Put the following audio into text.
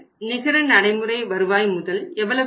நிகர நடைமுறை வருவாய் முதல் எவ்வளவு இருக்கும்